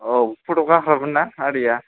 औ फट' ग्राफारमोनना आदैया